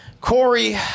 corey